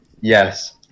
Yes